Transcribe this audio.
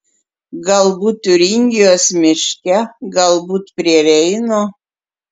galbūt tiuringijos miške galbūt prie reino